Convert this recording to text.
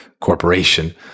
Corporation